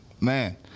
Man